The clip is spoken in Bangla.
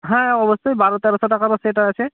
হ্যাঁ অবশ্যই বারো তেরোশো টাকা অবশ্যই এটা আছে